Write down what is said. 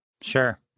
Sure